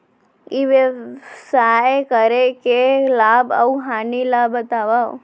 ई व्यवसाय करे के लाभ अऊ हानि ला बतावव?